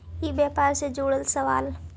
ई व्यापार से जुड़ल सवाल?